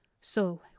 So